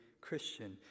Christian